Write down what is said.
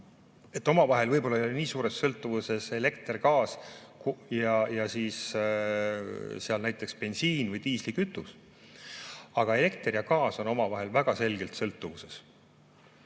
et omavahel võib-olla ei ole nii suures sõltuvuses elekter, gaas ja näiteks bensiin või diislikütus. Aga elekter ja gaas on omavahel väga selgelt sõltuvuses.